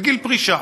בגיל פרישה.